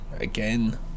Again